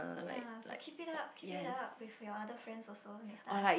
ya so keep it up keep it up with your other friends also next time